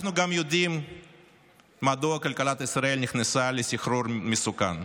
אנחנו גם יודעים מדוע כלכלת ישראל נכנסה לסחרור מסוכן.